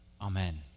Amen